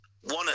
One